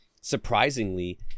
surprisingly